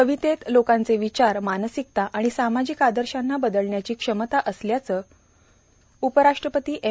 कवितेत लोकांचे विचार मानसिकता आणि सामाजिक आदर्शाना बदलण्याची क्षमता असल्याचं उपराष्ट्रपती एम